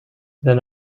then